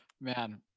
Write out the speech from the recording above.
Man